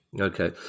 Okay